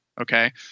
Okay